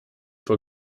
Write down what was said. vor